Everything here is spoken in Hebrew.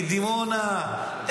מדימונה,